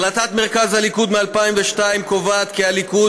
החלטת מרכז הליכוד מ-2002 קובעת כי הליכוד